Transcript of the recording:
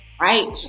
Right